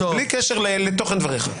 בלי קשר לתוכן דבריך.